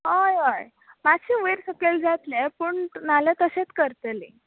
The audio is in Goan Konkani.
हय हय माश्शें वयर सकयल जात्लें पूण नाजाल्या तशेंत करतलीं